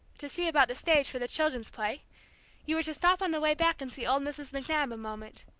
to see about the stage for the children's play you were to stop on the way back and see old mrs. mcnab a moment.